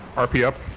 ah pay up